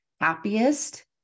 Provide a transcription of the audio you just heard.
happiest